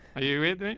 are you ready?